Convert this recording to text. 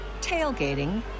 tailgating